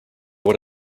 what